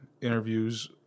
interviews